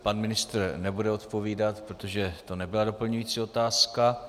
Pan ministr nebude odpovídat, protože to nebyla doplňující otázka.